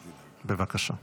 בבקשה.